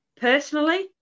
personally